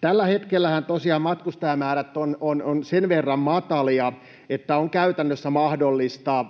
Tällä hetkellähän tosiaan matkustajamäärät ovat sen verran matalia, että on käytännössä mahdollista